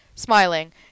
Smiling